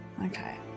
Okay